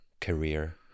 career